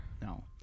No